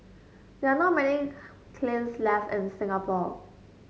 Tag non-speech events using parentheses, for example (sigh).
there are not many (unintelligible) kilns left in Singapore